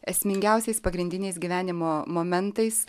esmingiausias pagrindiniais gyvenimo momentais